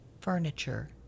furniture